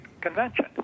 convention